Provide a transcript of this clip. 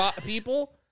people